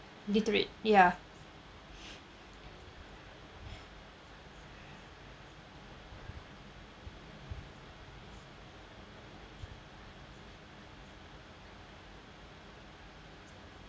deteriorate ya